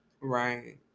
Right